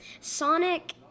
Sonic